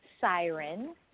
siren